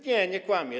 Nie, nie kłamię.